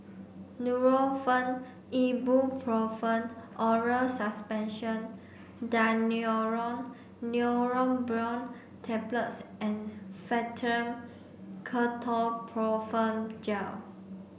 Nurofen Ibuprofen Oral Suspension Daneuron Neurobion Tablets and Fastum Ketoprofen Gel